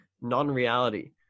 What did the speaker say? non-reality